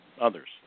others